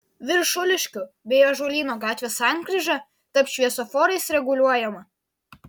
viršuliškių bei ąžuolyno gatvės sankryža taps šviesoforais reguliuojama